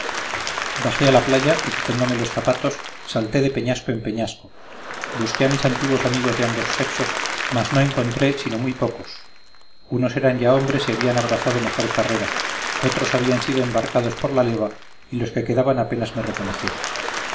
bajé a la y quitándome los zapatos salté de peñasco en peñasco busqué a mis antiguos amigos de ambos sexos mas no encontré sino muy pocos unos eran ya hombres y habían abrazado mejor carrera otros habían sido embarcados por la leva y los que quedaban apenas me reconocieron